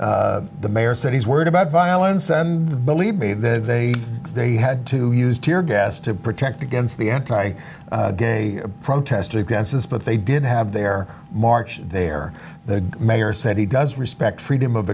luban the mayor said he's worried about violence and believe me that they they had to use tear gas to protect against the anti gay protesters against this but they didn't have their march there the mayor said he does respect freedom of